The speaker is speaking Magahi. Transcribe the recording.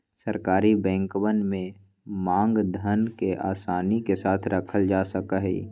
सरकारी बैंकवन में मांग धन के आसानी के साथ रखल जा सका हई